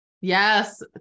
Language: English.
Yes